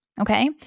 okay